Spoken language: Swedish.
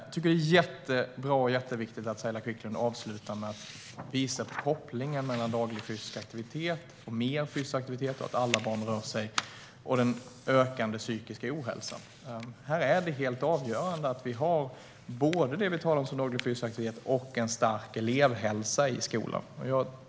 Jag tycker att det är mycket bra och viktigt att Saila Quicklund avslutar med att visa på kopplingen mellan fysisk aktivitet - det är viktigt med mer och daglig fysisk aktivitet och att alla barn rör på sig - och den ökande psykiska ohälsan. Här är det helt avgörande att vi har både det som vi talar om som daglig fysisk aktivitet och en stark elevhälsa i skolan.